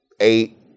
eight